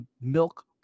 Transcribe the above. milk